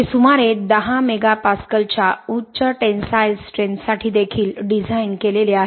ते सुमारे 10 मेगा पास्कलच्या उच्च टेंसाईल स्ट्रेंथसाठी देखील डिझाइन केलेले आहेत